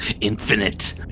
infinite